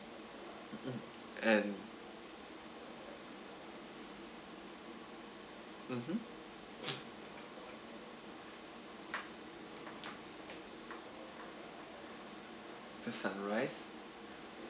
mm and mmhmm just summarize